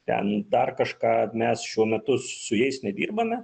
ten dar kažką mes šiuo metu su jais nedirbame